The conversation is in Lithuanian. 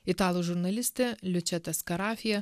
italų žurnalistė liučeta skarafija